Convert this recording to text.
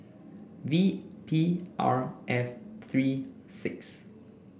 V P R F three six